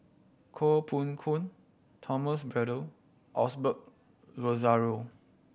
Koh Poh Koon Thomas Braddell Osbert Rozario